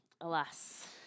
alas